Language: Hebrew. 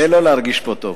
להרגיש פה טוב.